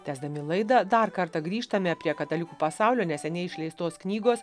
tęsdami laidą dar kartą grįžtame prie katalikų pasaulio neseniai išleistos knygos